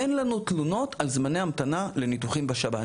אין לנו תלונות על זמני המתנה לניתוחים בשב"ן.